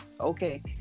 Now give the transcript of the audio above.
okay